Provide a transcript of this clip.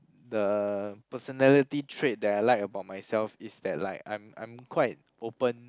the personality trait that I like about myself is that like I'm I'm quite open